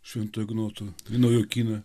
švento ignoto į naujokyną